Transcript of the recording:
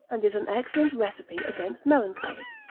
and is an excellent recipe against melancholy,